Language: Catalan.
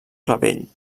clavell